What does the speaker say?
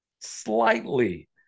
slightly